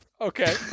Okay